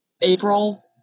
April